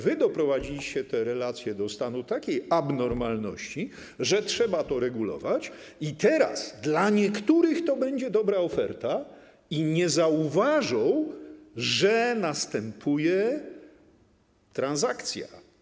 Wy doprowadziliście te relacje do stanu takiej abnormalności, że trzeba to regulować, i teraz dla niektórych to będzie dobra oferta i nie zauważą, że następuje transakcja.